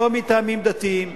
לא מטעמים דתיים,